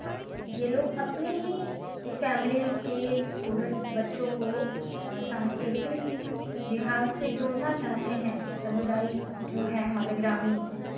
ये लोग अपने ही फैमिली के स्टूडे बच्चों को सांस्कृतिक विभाग से जोड़ना चाहते हैं समुदाय जो हैं हमारे ग्रामीण